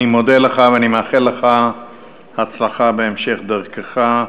אני מודה לך, ואני מאחל לך הצלחה בהמשך דרכך.